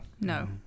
No